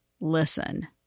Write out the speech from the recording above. listen